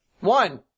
One